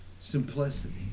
simplicity